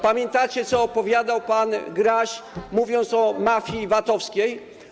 Pamiętacie, co opowiadał pan Graś, mówiąc o mafii VAT-owskiej?